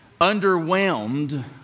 underwhelmed